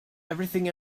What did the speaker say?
everything